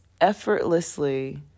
effortlessly